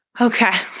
okay